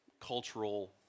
cultural